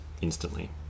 instantly